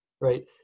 Right